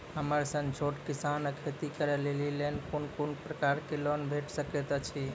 हमर सन छोट किसान कअ खेती करै लेली लेल कून कून प्रकारक लोन भेट सकैत अछि?